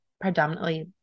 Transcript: predominantly